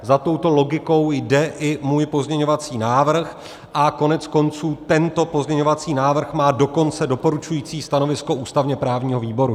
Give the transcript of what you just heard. Za touto logikou jde i můj pozměňovací návrh, a koneckonců tento pozměňovací návrh má dokonce doporučující stanovisko ústavněprávního výboru.